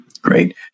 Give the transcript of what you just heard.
Great